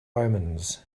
omens